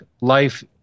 life